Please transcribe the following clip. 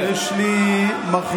יש לי מחלוקת